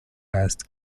last